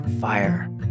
fire